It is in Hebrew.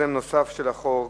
יוזם נוסף של החוק,